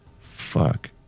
Fuck